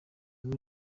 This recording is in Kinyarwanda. ubu